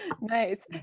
Nice